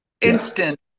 Instant